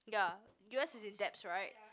ya U_S is in debts right